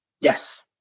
Yes